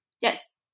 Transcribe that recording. Yes